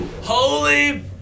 holy